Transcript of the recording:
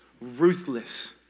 ruthless